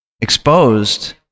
exposed